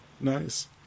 Nice